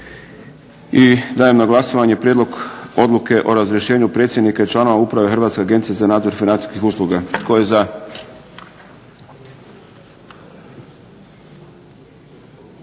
i dajem na glasovanje Prijedlog odluke o razrješenju predsjednika i članova Uprave Hrvatske agencije za nadzor financijskih usluga.